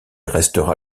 restera